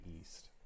east